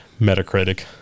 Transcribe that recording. Metacritic